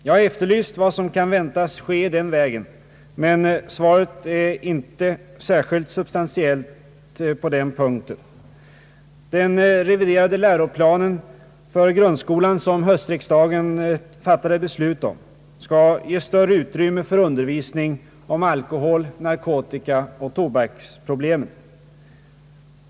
Jag har efterlyst vad som kan väntas ske i den vägen, men svaret är inte särskilt substantiellt på den punkten. Den reviderade läroplan för grundskolan som höstriksdagen fattade beslut om skall ge större utrymme för undervisning om alkohol-, narkotikaoch tobaksproblemen.